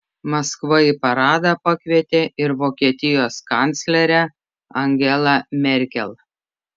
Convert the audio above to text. maskva į paradą pakvietė ir vokietijos kanclerę angelą merkel